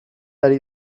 ari